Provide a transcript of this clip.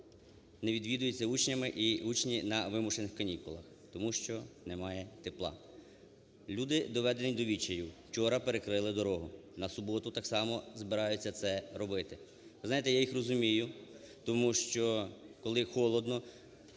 не відвідуються учнями, і учні на вимушених канікулах. Тому що немає тепла. Люди доведені до відчаю, вчора перекрили дорогу. На суботу так само збираються це робити. Ви знаєте, я їх розумію, тому що, коли холодно